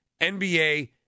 NBA